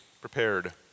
prepared